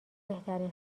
بهترین